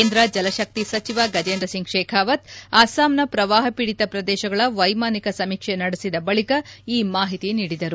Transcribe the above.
ಕೇಂದ್ರ ಜಲಶಕ್ತಿ ಸಚಿವ ಗಜೇಂದ್ರ ಸಿಂಗ್ ಶೇಖಾವತ್ ಅಸ್ಪಾಂನ ಪ್ರವಾಹ ಪೀಡಿತ ಪ್ರದೇಶಗಳ ವೈಮಾನಿಕ ಸಮೀಕ್ಷೆ ನಡೆಸಿದ ಬಳಿಕ ಈ ಮಾಹಿತಿ ನೀಡಿದರು